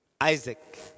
Isaac